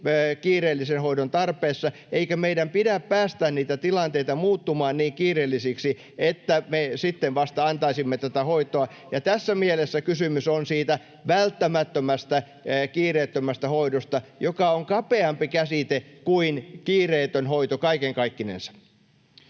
kiireellisen hoidon tarpeessa, eikä meidän pidä päästää niitä tilanteita muuttumaan niin kiireellisiksi, että me sitten vasta antaisimme hoitoa. Tässä mielessä kysymys on siitä välttämättömästä kiireettömästä hoidosta, joka on kapeampi käsite kuin kiireetön hoito kaiken kaikkinensa.